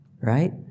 right